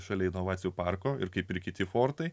šalia inovacijų parko ir kaip ir kiti fortai